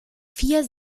vier